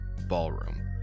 ballroom